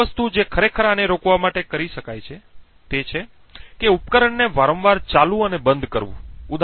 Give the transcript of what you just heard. એક વસ્તુ જે ખરેખર આને રોકવા માટે કરી શકાય છે તે છે ઉપકરણને વારંવાર ચાલુ અને બંધ કરવું